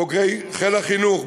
בוגרי חיל החינוך,